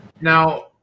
Now